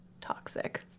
toxic